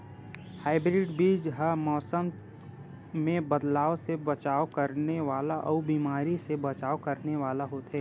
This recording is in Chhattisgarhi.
हाइब्रिड बीज हा मौसम मे बदलाव से बचाव करने वाला अउ बीमारी से बचाव करने वाला होथे